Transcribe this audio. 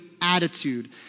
attitude